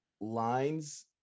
lines